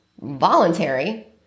voluntary